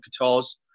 guitars